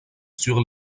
sur